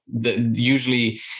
usually